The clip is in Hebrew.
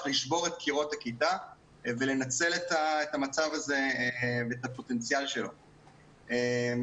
אני גם יודעת שהמצלמה ושאר הדברים נמצאים בצד שמאל וכולי.